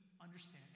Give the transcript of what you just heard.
understand